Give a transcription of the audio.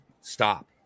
stop